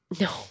No